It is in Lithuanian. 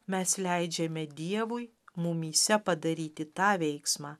mes leidžiame dievui mumyse padaryti tą veiksmą